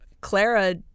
Clara